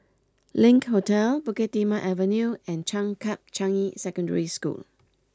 Link Hotel Bukit Timah Avenue and Changkat Changi Secondary School